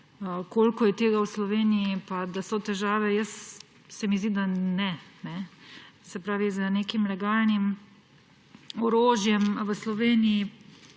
koliko je tega v Sloveniji in da so težave. Se mi zdi, da ne. Z nekim legalnim orožjem v Sloveniji